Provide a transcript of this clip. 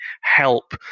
help